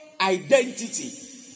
identity